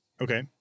Okay